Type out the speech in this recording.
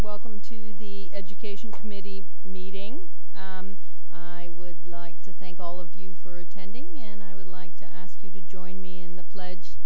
welcome to the education committee meeting i would like to thank all of you for attending me and i would like to ask you to join me in the pledge